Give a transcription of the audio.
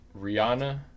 Rihanna